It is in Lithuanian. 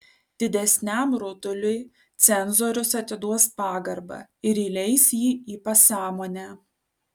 didesniam rutuliui cenzorius atiduos pagarbą ir įleis jį į pasąmonę